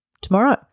tomorrow